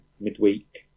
midweek